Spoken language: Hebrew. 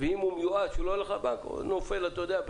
ואם הוא מיואש, הוא לא הולך לבנק, הוא נופל בחיק